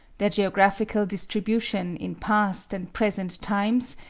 their geographical distribution in past and present times,